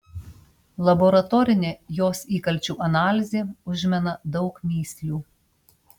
laboratorinė jos įkalčių analizė užmena daug mįslių